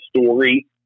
story